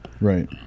Right